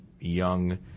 young